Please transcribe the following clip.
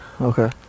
Okay